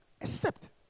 accept